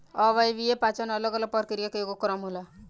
अव्ययीय पाचन अलग अलग प्रक्रिया के एगो क्रम होला